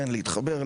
להתחבר,